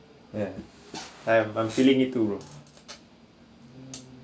ya I'm I'm feeling it too bro